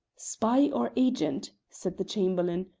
spy or agent, said the chamberlain,